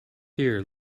here